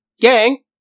gang